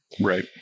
right